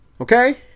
Okay